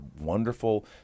wonderful